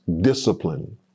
discipline